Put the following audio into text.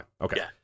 Okay